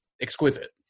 exquisite